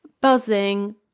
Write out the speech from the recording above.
buzzing